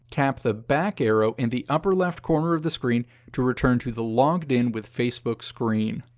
tap the back arrow in the upper left corner of the screen to return to the logged in with facebook screen.